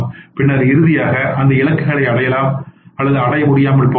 பின்னர் இறுதியாக அந்த இலக்குகளை அடையலாம் அல்லது அடைய முடியாமல் போகலாம்